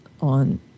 on